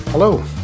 Hello